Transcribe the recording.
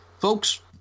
Folks